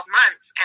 months